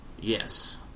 Yes